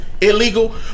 illegal